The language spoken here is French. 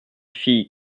fille